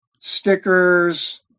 stickers